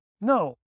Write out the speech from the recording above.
No